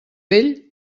vell